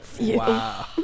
Wow